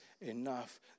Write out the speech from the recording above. enough